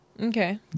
Okay